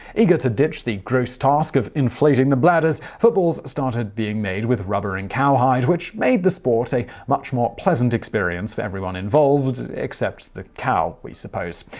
eager to ditch the gross task of inflating the bladders, footballs started being made with rubber and cowhide, which made the sport a much more pleasant experience for everyone involved, involved, except the cow we suppose.